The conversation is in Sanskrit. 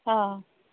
हा